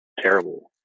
terrible